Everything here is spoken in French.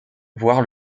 voire